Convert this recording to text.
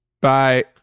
bye